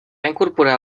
incorporar